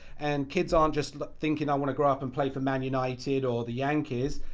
and kids aren't just thinking i wanna grow up and play for man. united or the yankees.